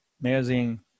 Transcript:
amazing